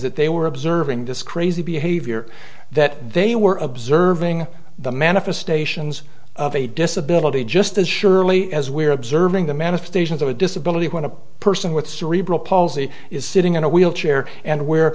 that they were observing disc raese behavior that they were observing the manifestations of a disability just as surely as we are observing the manifestations of a disability when a person with cerebral palsy is sitting in a wheelchair and w